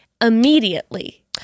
immediately